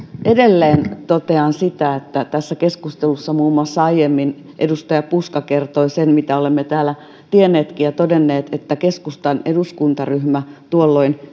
edelleen totean mitä tässä keskustelussa aiemmin muun muassa edustaja puska kertoi että mitä olemme täällä tienneetkin ja todenneet että keskustan eduskuntaryhmä tuolloin